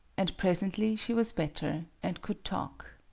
and pres ently she was better, and could talk.